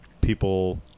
people